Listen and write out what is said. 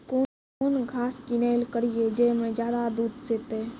कौन घास किनैल करिए ज मे ज्यादा दूध सेते?